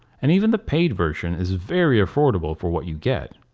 and even the paid version is very affordable for what you get.